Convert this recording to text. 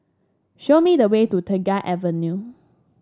show me the way to Tengah Avenue